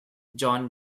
john